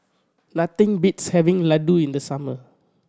nothing beats having Ladoo in the summer